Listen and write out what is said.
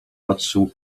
patrzył